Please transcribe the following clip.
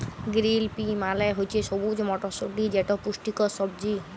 গিরিল pea মালে হছে সবুজ মটরশুঁটি যেট পুষ্টিকর সবজি